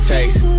Taste